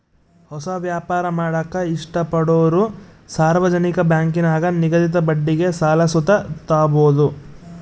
ಹೊಸ ವ್ಯಾಪಾರ ಮಾಡಾಕ ಇಷ್ಟಪಡೋರು ಸಾರ್ವಜನಿಕ ಬ್ಯಾಂಕಿನಾಗ ನಿಗದಿತ ಬಡ್ಡಿಗೆ ಸಾಲ ಸುತ ತಾಬೋದು